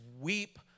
weep